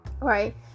right